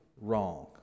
wrong